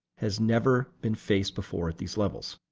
has never been faced before at these levels.